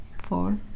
four